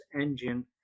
engine